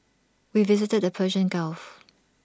we visited the Persian gulf